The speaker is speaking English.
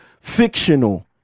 fictional